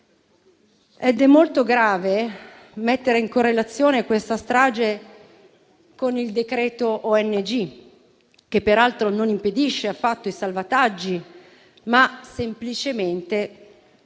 È molto grave mettere in correlazione questa strage con il decreto ONG, che peraltro non impedisce affatto i salvataggi, ma semplicemente li